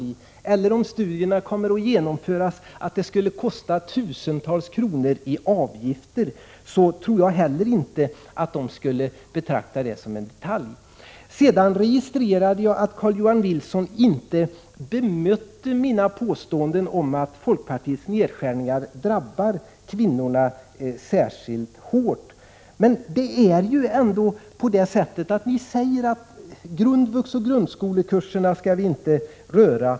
Jag tror heller inte att de skulle betrakta det som en detalj, om det skulle kosta tusentals kronor i avgifter att genomföra studierna. Jag registrerade att Carl-Johan Wilson inte bemötte mina påståenden om att folkpartiets nedskärningar drabbar kvinnorna särskilt hårt. Ni säger att vi inte skall röra grundvux och grundskolekurserna.